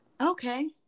okay